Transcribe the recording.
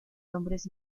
hombres